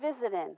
visiting